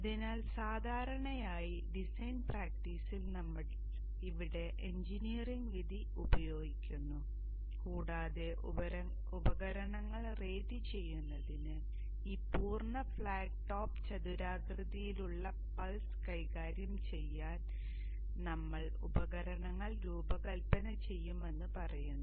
അതിനാൽ സാധാരണയായി ഡിസൈൻ പ്രാക്ടീസിൽ നമ്മൾ ഇവിടെ എഞ്ചിനീയറിംഗ് വിധി ഉപയോഗിക്കുന്നു കൂടാതെ ഉപകരണങ്ങൾ റേറ്റുചെയ്യുന്നതിന് ഈ പൂർണ്ണ ഫ്ലാറ്റ് ടോപ്പ് ചതുരാകൃതിയിലുള്ള പൾസ് കൈകാര്യം ചെയ്യാൻ നമ്മൾ ഉപകരണങ്ങൾ രൂപകൽപ്പന ചെയ്യുമെന്ന് പറയുന്നു